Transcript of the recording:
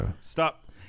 Stop